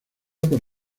por